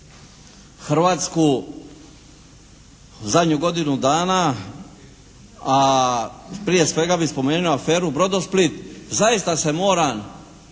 Hrvatsku zadnju godinu dana, a prije svega bi spomenu aferu "Brodosplit", zaista se moram